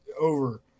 over